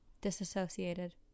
disassociated